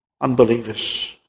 unbelievers